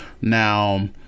Now